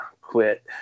quit